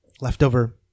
leftover